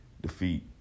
defeat